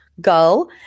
go